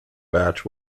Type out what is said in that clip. batch